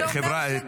--- חבריא,